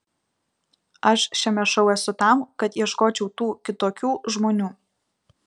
aš šiame šou esu tam kad ieškočiau tų kitokių žmonių